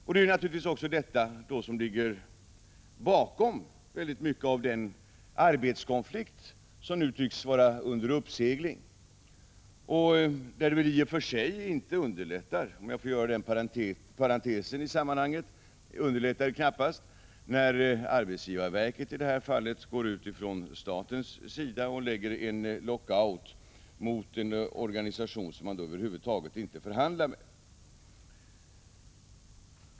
Det är naturligtvis också mycket detta som ligger bakom den arbetskonflikt som nu tycks vara under uppsegling. I och för sig underlättar det knappast — om jag får göra en parentes i sammanhanget — när staten, i det här fallet arbetsgivarverket, lägger en lockout mot en organisation som man över huvud taget inte förhandlar med.